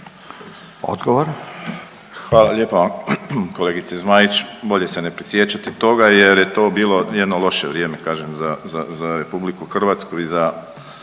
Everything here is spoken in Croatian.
(HDZ)** Hvala lijepa. Kolegice Zmaić bolje se ne prisjećati toga, jer je to bilo jedno loše vrijeme kažem za Republiku Hrvatsku i za